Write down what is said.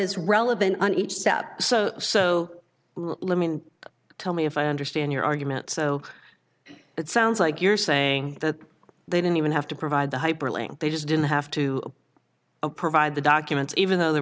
is relevant on each step so so tell me if i understand your argument so it sounds like you're saying that they don't even have to provide the hyperlink they just didn't have to provide the documents even though the